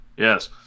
Yes